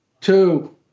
Two